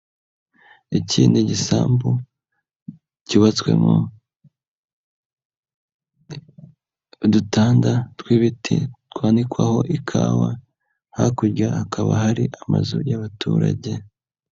Iki ni igisambu cyubatswemo udutanda tw'ibiti twanikwaho ikawa, hakurya hakaba hari amazu y'abaturage.